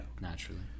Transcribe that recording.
Naturally